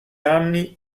anni